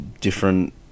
different